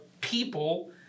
people